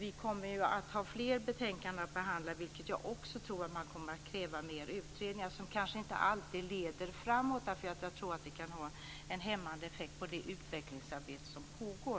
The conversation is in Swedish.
Vi kommer att få behandla fler betänkanden som jag tror också kommer att kräva mer av utredningar. Dessa leder kanske inte alltid framåt utan kan ha en hämmande effekt på det utvecklingsarbete som pågår.